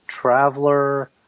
Traveler